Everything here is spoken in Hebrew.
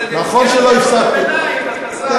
נכון שלא, נכון שלא הפסדתי, קריאות ביניים, השר.